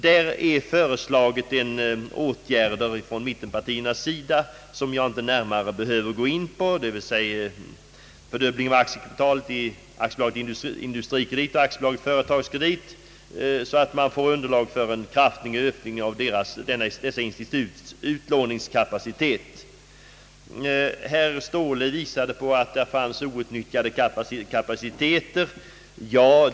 Därvidlag har mittenpartierna föreslagit åtgärder som jag inte behöver gå närmare in på, nämligen fördubbling av aktiekapitalet i AB Industrikredit och AB Företagskredit, så att underlag skapas för en kraftig ökning av dessa instituts utlåningskapacitet. Herr Ståhle visade på att det finns outnyttjade kapaciteter hos dessa företag.